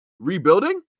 Rebuilding